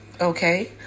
okay